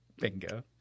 Bingo